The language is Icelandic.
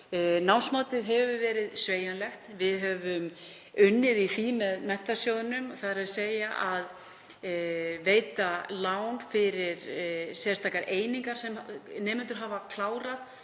Námsmatið hefur verið sveigjanlegt. Við höfum unnið í því með Menntasjóðnum, þ.e. að veita lán fyrir sérstakar einingar sem nemendur hafa klárað.